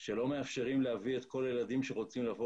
שלא מאפשרים להביא את כל הילדים שרוצים לבוא